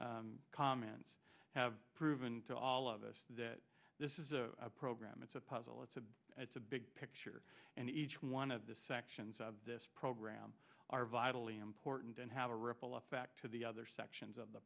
your comments have proven to all of us that this is a program it's a puzzle it's a it's a big picture and each one of the sections of this program are vitally important and have a ripple effect to the other sections of the